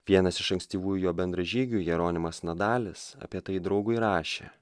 vienas iš ankstyvųjų jo bendražygių jeronimas nadalis apie tai draugui rašė